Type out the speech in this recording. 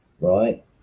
right